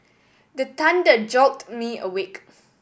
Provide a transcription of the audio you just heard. the thunder jolt me awake